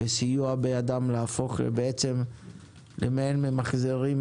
כדי לסייע להן להפוך למעין שותפים ממחזרים,